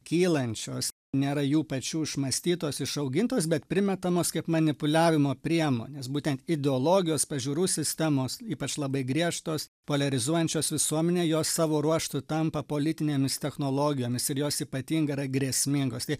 kylančios nėra jų pačių išmąstytos išaugintos bet primetamos kaip manipuliavimo priemonės būtent ideologijos pažiūrų sistemos ypač labai griežtos poliarizuojančios visuomenę jos savo ruožtu tampa politinėmis technologijomis ir jos ypatingai yra grėsmingos tai